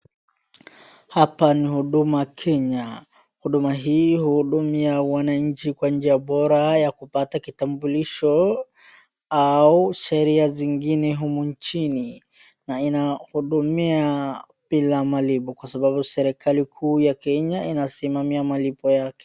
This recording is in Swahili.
Hapa ni Huduma Kenya. Huduma hii hudumia wananchi kwa njia bora ya kupata kitambulisho au sheria zingine humu nchini na inahudumia bila malipo kwa sababu serikali kuu ya Kenya inasimamia malipo yake.